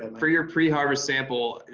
and for your pre-harvest sample,